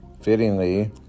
Fittingly